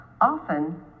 often